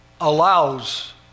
allows